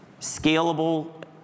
scalable